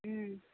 ம்